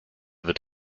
wird